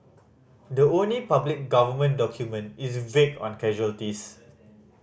the only public Government document is vague on casualties